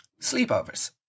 Sleepovers